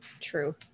true